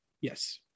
Yes